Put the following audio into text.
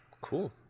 Cool